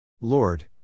Lord